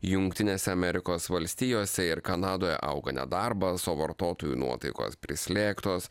jungtinėse amerikos valstijose ir kanadoje auga nedarbas o vartotojų nuotaikos prislėgtos